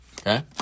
Okay